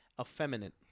Effeminate